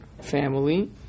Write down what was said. family